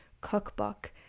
cookbook